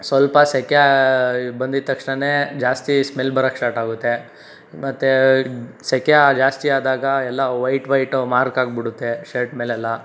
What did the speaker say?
ಸ್ವಲ್ಪ ಸೆಕೆ ಬಂದ ತಕ್ಷಣನೆ ಜಾಸ್ತಿ ಸ್ಮೆಲ್ ಬರೋಕ್ಕೆ ಸ್ಟಾರ್ಟ್ ಆಗುತ್ತೆ ಮತ್ತೆ ಸೆಕೆ ಆ ಜಾಸ್ತಿ ಆದಾಗ ಎಲ್ಲ ವೈಟ್ ವೈಟ್ ಮಾರ್ಕ್ ಆಗ್ಬಿಡುತ್ತೆ ಶರ್ಟ್ ಮೇಲೆಲ್ಲ